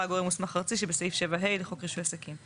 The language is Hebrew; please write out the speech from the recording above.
"גורם מוסמך ארצי" שבסעיף 7(ה) לחוק רישוי עסקים,